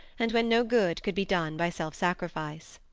and when no good could be done by self-sacrifice.